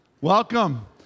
Welcome